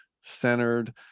centered